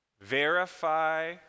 verify